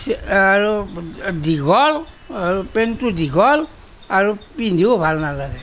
আৰু দীঘল আৰু পেণ্টটো দীঘল আৰু পিন্ধিও ভাল নালাগে